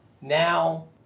now